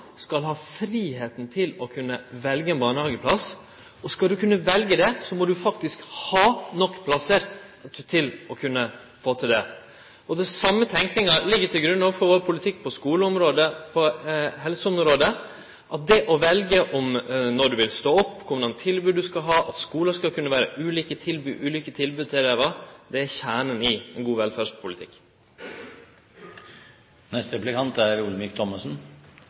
skal ha fridomen til å kunne velje ein barnehageplass. Og skal ein kunne velje det, må ein faktisk ha nok plassar til å kunne få til det. Den same tenkinga ligg òg til grunn for vår politikk på skuleområdet og på helseområdet. Det å velje når du vil stå opp, kva tilbod du skal ha, at skular skal kunne gi ulike tilbod til elevar, er kjernen i ein god velferdspolitikk. Den viktigste veien ut av fattigdom er